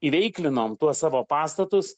įveiklinom tuos savo pastatus